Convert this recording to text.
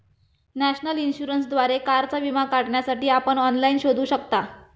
national इन्शुरन्सद्वारे कारचा विमा काढण्यासाठी आपण ऑनलाइन शोधू शकता